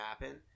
happen